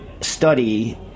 study